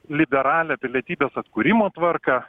liberalią pilietybės atkūrimo tvarką